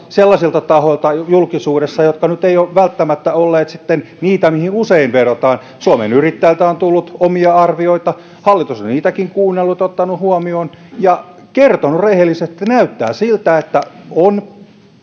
sellaisilta tahoilta julkisuudessa jotka nyt eivät ole välttämättä olleet niitä mihin usein vedotaan suomen yrittäjiltä on tullut omia arvioita hallitus on niitäkin kuunnellut ottanut huomioon ja kertonut rehellisesti että näyttää siltä että on